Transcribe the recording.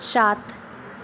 सात